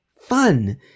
fun